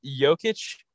Jokic –